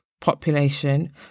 population